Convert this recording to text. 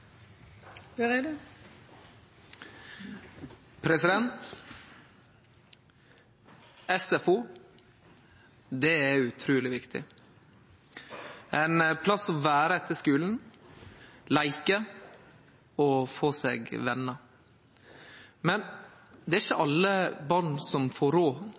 utruleg viktig – ein plass å vere etter skulen, leike og få seg vener. Men det er ikkje alle barn som har råd og får